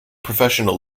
professional